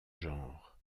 genres